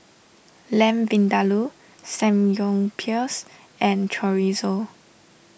Lamb Vindaloo Samgyeopsal and Chorizo